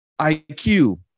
IQ